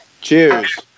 Cheers